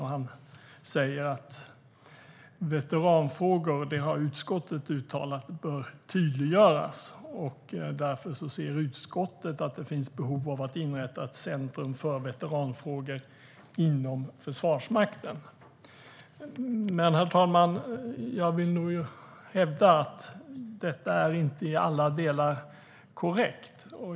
Han säger att utskottet har uttalat att veteranfrågor bör tydliggöras, och därför ser utskottet att det finns behov av att inrätta ett centrum för veteranfrågor inom Försvarsmakten. Herr talman! Jag vill hävda att detta inte är i alla delar korrekt.